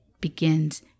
begins